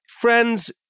Friends